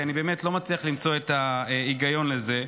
כי באמת אני לא מצליח למצוא את ההיגיון לזה,